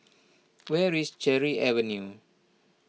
where is Cherry Avenue